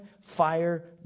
fire